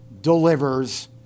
delivers